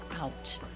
out